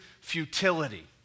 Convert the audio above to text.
futility